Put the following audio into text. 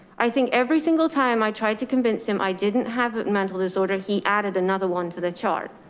i think every single time i tried to convince him, i didn't have a mental disorder. he added another one for the chart.